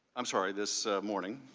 um sorry this morning.